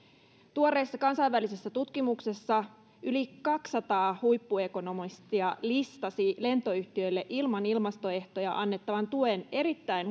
tuoreessa kansainvälisessä tutkimuksessa yli kaksisataa huippuekonomistia listasi lentoyhtiöille ilman ilmastoehtoja annettavan tuen erittäin